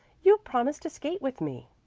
you promised to skate with me.